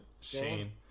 Shane